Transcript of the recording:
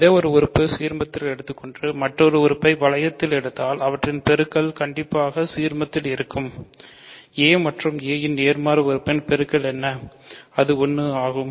ஏதோ ஒரு உறுப்பு சீர்மத்தில் எடுத்துக்கொண்டு மற்றுமொரு உறுப்பு வளையத்தில் எடுத்தால் அவற்றின் பெருக்கல் கண்டிப்பாக சீர்மத்தில் இருக்கும் a மற்றும் a இன் நேர்மாறு உறுப்பின் பெருக்கல் என்ன அது 1 ஆகும்